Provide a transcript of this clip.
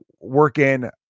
working